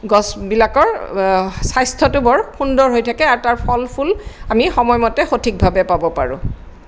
গছবিলাকৰ স্বাস্থ্যটো বৰ সুন্দৰ হৈ থাকে আৰু তাৰ ফল ফুল আমি সময়মতে সঠিকভাৱে পাব পাৰোঁ